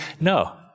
No